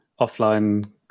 offline